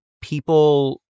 people